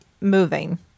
moving